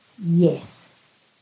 Yes